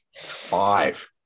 five